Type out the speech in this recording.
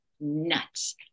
nuts